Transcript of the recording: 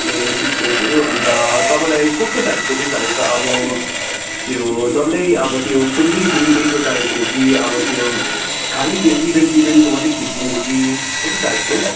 ए six डेसहरू अन्त तपाईँलाई कस्तो टाइपको चाहिँ चाहिएको अब त्यो डल्लै अब त्यो फुल्ली त्यो डे डेको चाहिएको हो कि अब त्यो खालि त्यो इभेन्ट इभेन्टको मात्रै खिचिदिनु कि कस्तो टाइपको